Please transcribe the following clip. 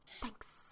Thanks